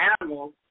animals